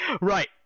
Right